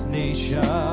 nation